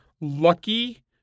lucky